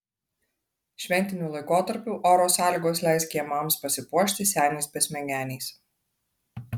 šventiniu laikotarpiu oro sąlygos leis kiemams pasipuošti seniais besmegeniais